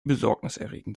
besorgniserregend